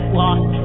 lost